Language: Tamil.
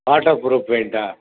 வாட்டார் ப்ரூப் பெயின்ட்டா